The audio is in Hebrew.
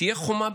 תהיה חומה,